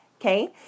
Okay